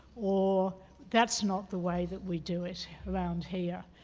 or that's not the way that we do it around here.